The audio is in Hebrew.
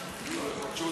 שזה האוצר.